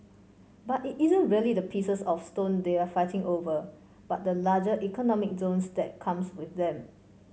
but it isn't really the pieces of stone they're fighting over but the larger economic zones that comes swith them